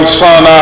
son